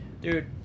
Dude